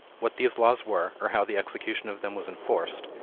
what these laws were, or how the execution of them was enforced,